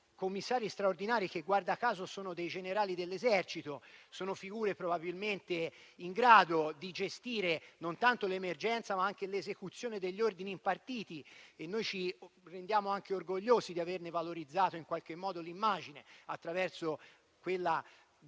commissari straordinari che - guarda caso - sono dei generali dell'esercito, sono figure probabilmente in grado di gestire non tanto l'emergenza, ma anche l'esecuzione degli ordini impartiti. Noi siamo quindi anche orgogliosi di averne valorizzato l'immagine, attraverso quella figura